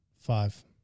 Five